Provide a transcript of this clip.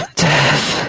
death